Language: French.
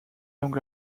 langue